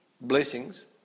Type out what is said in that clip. blessings